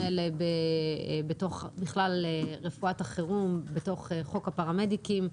כל רפואת החירום והפרמדיקים,